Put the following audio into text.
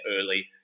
early